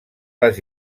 les